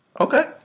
okay